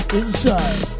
inside